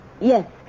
Yes